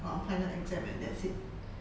uh final exam and that's it